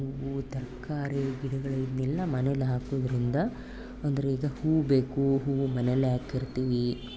ಹೂವು ತರಕಾರಿ ಗಿಡಗಳು ಇವನ್ನೆಲ್ಲ ಮನೇಲಿ ಹಾಕೋದ್ರಿಂದ ಅಂದರೆ ಈಗ ಹೂವು ಬೇಕು ಹೂವು ಮನೇಲೆ ಹಾಕಿರ್ತೀವಿ